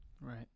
Right